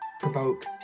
provoke